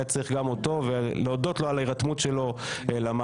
צריך גם אותו ולהודות לו על ההירתמות שלו למהלך.